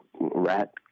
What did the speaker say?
rat